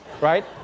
right